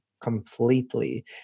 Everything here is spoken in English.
completely